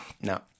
No